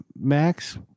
Max